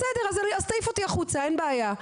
בסדר, אז תעיף אותי החוצה אין בעיה.